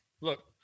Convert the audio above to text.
Look